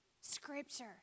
Scripture